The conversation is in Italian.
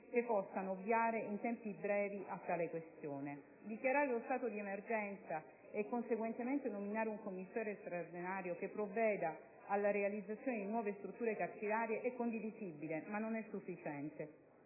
che possano ovviare in tempi brevi a tale questione. Dichiarare lo stato di emergenza e conseguentemente nominare un commissario straordinario che provveda alla realizzazione di nuove strutture carcerarie è condivisibile, ma non è sufficiente.